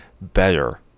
Better